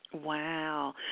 Wow